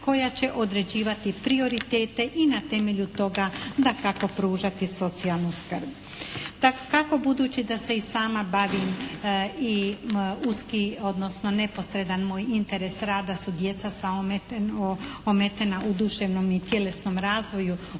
koja će određivati prioritete i na temelju toga dakako pružati socijalnu skrb. Dakako, budući da se i sama bavim i uski odnosno neposredan moj interes rada su djeca ometena u duševnom i tjelesnom razvoju,